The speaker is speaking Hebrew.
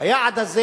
היעד הזה